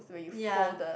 ya